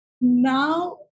now